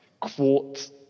quartz